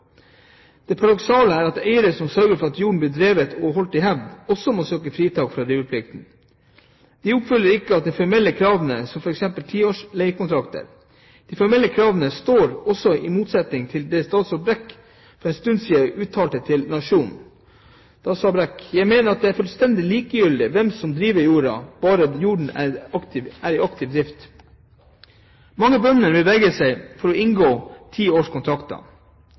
Det paradoksale er at eiere som sørger for at jorda blir drevet og holdt i hevd, også må søke fritak fra driveplikten. De oppfyller ikke de formelle kravene, som f.eks. ti års leiekontrakter. De formelle kravene står også i motsetning til det statsråd Brekk for en stund siden uttalte til Nationen: «Jeg mener det er fullstendig likegyldig hvem som driver jorda, bare jorda er i aktiv drift.» Mange bønder vil vegre seg for å inngå